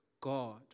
God